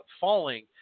falling